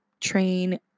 train